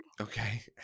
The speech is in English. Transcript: Okay